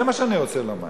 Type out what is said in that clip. זה מה שאני רוצה לומר.